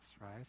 right